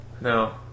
no